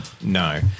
No